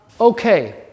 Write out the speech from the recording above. Okay